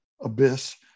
abyss